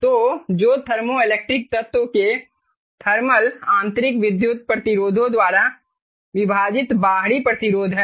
तो जो थर्मोइलेक्ट्रिक तत्वों के थर्मल आंतरिक विद्युत प्रतिरोधों द्वारा विभाजित बाहरी प्रतिरोध है